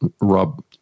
Rob